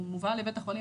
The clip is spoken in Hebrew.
הוא מובהל לבית החולים,